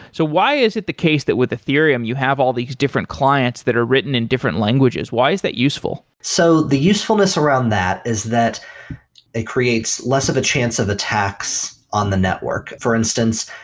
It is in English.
so why is it the case that with ethereum of you have all these different clients that are written in different languages? why is that useful? so the usefulness around that is that it creates less of a chance of attacks on the network. for instance,